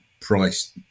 price